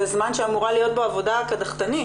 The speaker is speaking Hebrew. זה זמן שאמורה להיות בו עבודה קדחתנית.